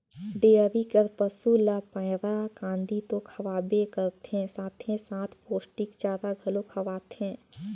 dairy कर पसू ल पैरा, कांदी तो खवाबे करबे साथे साथ पोस्टिक चारा घलो खवाथे